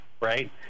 right